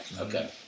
Okay